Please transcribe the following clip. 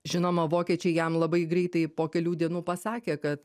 žinoma vokiečiai jam labai greitai po kelių dienų pasakė kad